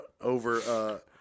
over